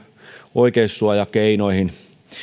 oikeussuojakeinoihin